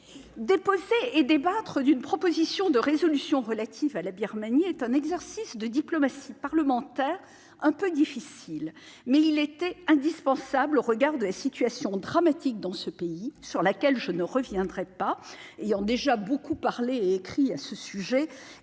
Déposer et débattre d'une proposition de résolution relative à la Birmanie est un exercice de diplomatie parlementaire quelque peu difficile, mais c'était indispensable au regard de la situation dramatique dans ce pays, sur laquelle je ne reviendrai pas, ayant déjà beaucoup parlé et écrit à ce sujet.